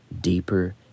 deeper